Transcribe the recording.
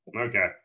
Okay